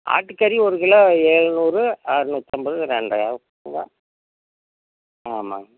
ஆட்டுக்கறி ஒருக்கிலோ ஏழ்நூறு அற நூற்றம்பது ரெண்ட்ரை ஆகுங்க ஆமாம்